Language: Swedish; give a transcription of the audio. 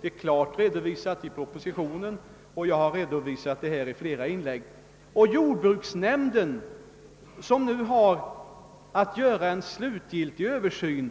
Det finns klart redovisat i propositionen och jag har redovisat det i flera inlägg här. Jordbruksnämnden som har att göra en slutgiltig översyn